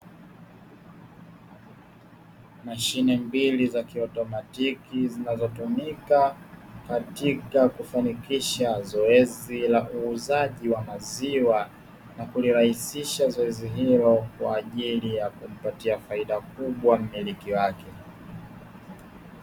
Mashine mbili za kiautomatiki zinazotumika katika kufanikisha zoezi la uuzaji wa maziwa na kulirahisisha zoezi hilo kwa ajili ya kumpatia faida kubwa mmiliki wake.